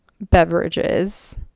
beverages